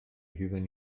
hufen